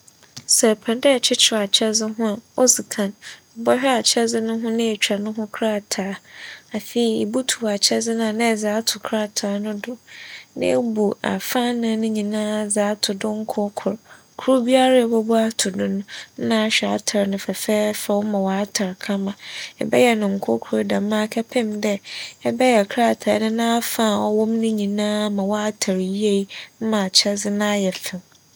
Sɛ epɛ dɛ ekyekyer akyɛdze ho a odzi kan ebͻhwɛ akyɛdze no ho na etwa no ho krataa. Afei, ibutuw akyɛdze no a nna edze ato krataa no do na ebu afa anan no nyinaa dze ato do nkorkor. Kor biara a ibobu ato do no nna ahwɛ atar no fɛfɛɛfɛ ma ͻatar kama. ɛyɛ no nkorkor dɛmara kɛpem dɛ ebɛyɛ krataa no n'afa a ͻwͻ mu nyinaa ma ͻatar yie nna akyɛdze no ayɛ fɛw.